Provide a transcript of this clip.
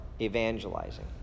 evangelizing